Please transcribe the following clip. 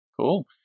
cool